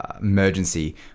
emergency